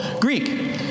Greek